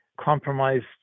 compromised